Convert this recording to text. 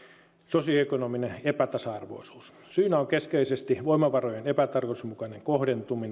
sosioekonominen epätasa arvoisuus syynä on keskeisesti voimavarojen epätarkoituksenmukainen kohdentuminen